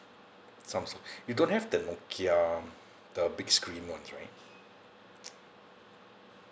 Samsung you don't have the Nokia the big screen [one] S right